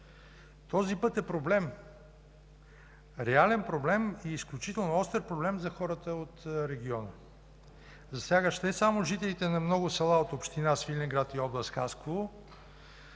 Този път е проблем, реален и изключително остър за хората от региона, засягащ не само жителите на много села от община Свиленград и област Хасково,